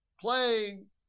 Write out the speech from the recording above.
playing